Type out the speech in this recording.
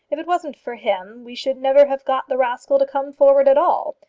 if it wasn't for him we should never have got the rascal to come forward at all.